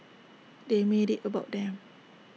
they made IT about them